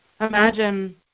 imagine